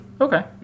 okay